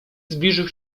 zbliżył